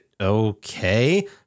okay